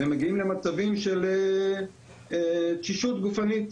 והם מגיעים למצבים של תשישות גופנים,